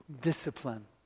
discipline